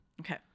Okay